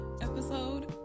episode